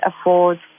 afford